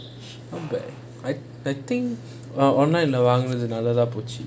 அப்போ:appo I I think err online வாங்குனது நல்லதா போச்சி:vaangunathu nallathaa pochi